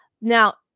Now